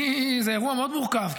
זה אירוע מאוד מורכב,